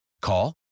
Call